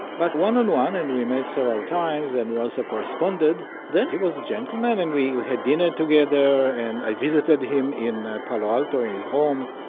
but one-on-one, and we met several times and we also corresponded, then he was a gentleman and we had dinner together and i visited him in palo alto in his home.